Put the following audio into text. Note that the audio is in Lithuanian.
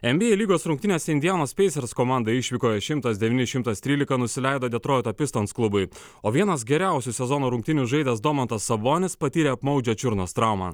en bi ei lygos rungtynėse indianos peisers komanda išvykoje šimtas devyni šimtas trylika nusileido detroito pistons klubui o vienas geriausių sezono rungtynių žaidęs domantas sabonis patyrė apmaudžią čiurnos traumą